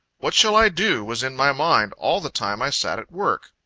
what shall i do? was in my mind, all the time i sat at work.